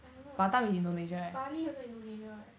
I don't know bali also indonesia right